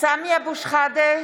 סמי אבו שחאדה,